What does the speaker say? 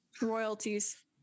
Royalties